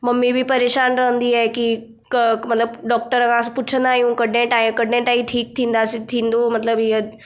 mummy बि परेशानु रहंदी आहे की क मतलबु डॉक्टर खां पुछंदा आहियूं कॾहिं ताईं ठीकु थींदासीं थींदो मतलबु ईअं